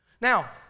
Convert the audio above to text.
Now